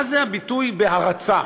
מה זה הביטוי "בהרצה"?